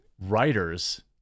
Writers